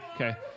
Okay